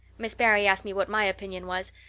miss barry asked me what my opinion was,